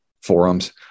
forums